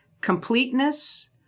completeness